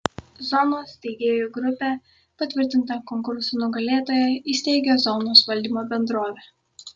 zonos steigėjų grupė patvirtinta konkurso nugalėtoja įsteigia zonos valdymo bendrovę